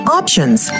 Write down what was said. options